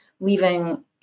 leaving